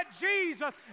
Jesus